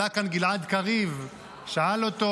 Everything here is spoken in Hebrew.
עלה לכאן גלעד קריב ושאל אותו: